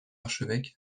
archevêque